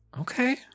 Okay